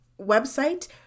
website